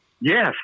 Yes